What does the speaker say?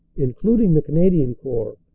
includ ing the canadian corps,